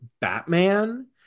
Batman